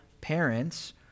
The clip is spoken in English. parents